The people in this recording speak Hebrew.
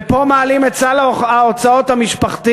ופה מעלים את סל ההוצאות המשפחתי